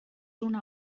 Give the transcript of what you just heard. una